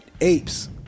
apes